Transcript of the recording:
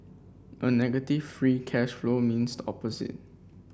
a negative free cash flow means the opposite